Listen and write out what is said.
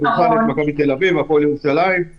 בכדורסל מכבי תל אביב והפועל ירושלים.